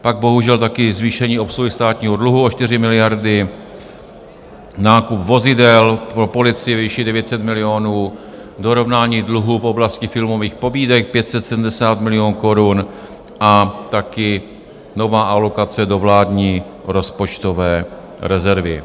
Pak bohužel taky zvýšení obsluhy státního dluhu o 4 miliardy, nákup vozidel pro policii ve výši 900 milionů, dorovnání dluhu v oblasti filmových pobídek 570 milionů korun a taky nová alokace do vládní rozpočtové rezervy.